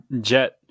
Jet